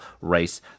race